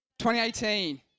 2018